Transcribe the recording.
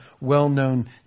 well-known